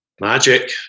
Magic